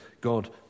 God